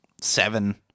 seven